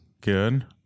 good